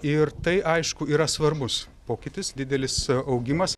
ir tai aišku yra svarbus pokytis didelis augimas